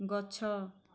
ଗଛ